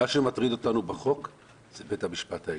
מה שמטריד אותנו בחוק הוא בית המשפט העליון.